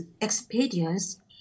experience